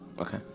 Okay